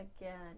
again